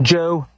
Joe